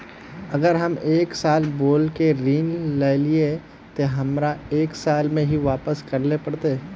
अगर हम एक साल बोल के ऋण लालिये ते हमरा एक साल में ही वापस करले पड़ते?